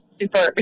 super